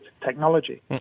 technology